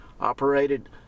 operated